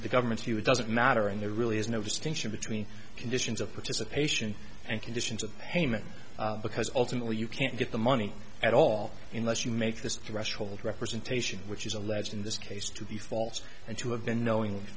the government's view it doesn't matter and there really is no distinction between conditions of participation and conditions of payment because ultimately you can't get the money at all unless you make this threshold representation which is alleged in this case to be false and to have been knowing